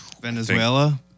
Venezuela